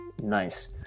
Nice